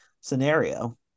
scenario